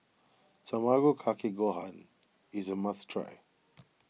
Tamago Kake Gohan is a must try